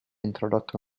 introdotto